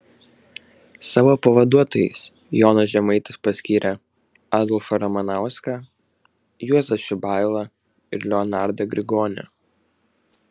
savo pavaduotojais jonas žemaitis paskyrė adolfą ramanauską juozą šibailą ir leonardą grigonį